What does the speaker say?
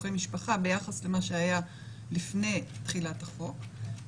בסכסוכי משפחה ביחס למה שהיה לפני תחילת החוק.